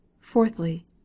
Fourthly